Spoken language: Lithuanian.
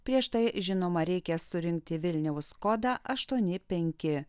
prieš tai žinoma reikia surinkti vilniaus kodą aštuoni penki